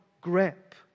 grip